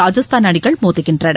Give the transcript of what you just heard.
ராஜஸ்தான் அணிகள் மோதுகின்றன